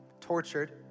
tortured